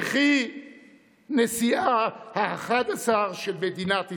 יחי נשיאה האחד-עשר של מדינת ישראל.